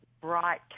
bright